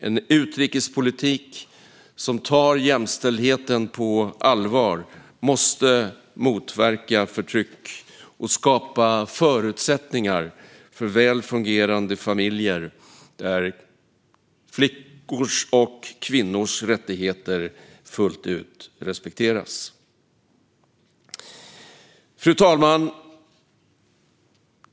En utrikespolitik som tar jämställdheten på allvar måste motverka förtryck och skapa förutsättningar för väl fungerande familjer där flickors och kvinnors rättigheter fullt ut respekteras. Fru talman!